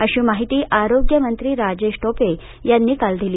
अशी माहिती आरोग्यमंत्री राजेश टोपे यांनी काल दिली